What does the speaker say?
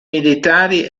militari